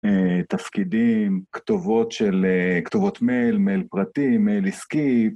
תפקידים, כתובות מייל, מייל פרטי, מייל עסקי